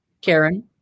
Karen